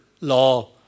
law